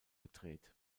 gedreht